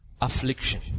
affliction